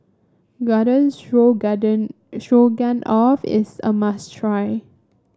Garden Garden Stroganoff is a must try